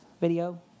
video